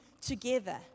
together